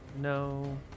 no